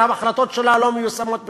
שההחלטות שלה לא מיושמות בכלל,